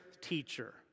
teacher